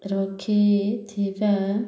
ରଖିଥିବା